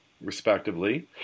respectively